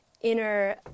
inner